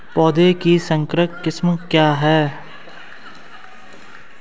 पौधों की संकर किस्में क्या क्या हैं?